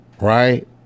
right